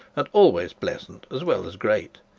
and always pleasant as well as great.